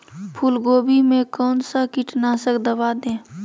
फूलगोभी में कौन सा कीटनाशक दवा दे?